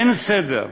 אין סדר,